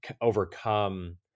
overcome